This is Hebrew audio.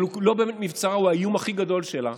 הוא לא באמת מבצרה, הוא האיום הכי גדול שלה,